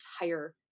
entire